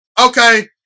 Okay